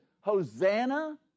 Hosanna